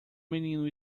menino